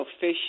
fish